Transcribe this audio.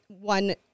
one